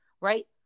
right